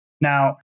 Now